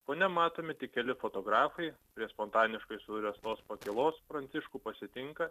fone matomi tik keli fotografai prie spontaniškai suręstos pakylos pranciškų pasitinka